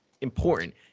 important